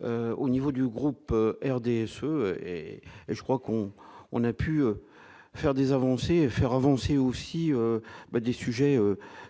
au niveau du groupe RDSE et et je crois qu'on on a pu faire des avancées faire avancer aussi des sujets